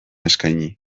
eskaini